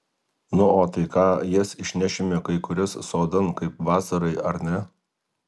nu o tai ką jas išnešime kai kurias sodan kaip vasarai ar ne